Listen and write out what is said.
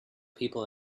people